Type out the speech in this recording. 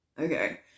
okay